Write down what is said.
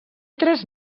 tres